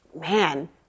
man